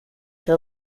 for